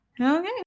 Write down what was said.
okay